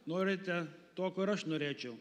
norite to ko ir aš norėčiau